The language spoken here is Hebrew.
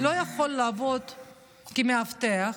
לא יכול לעבוד כמאבטח,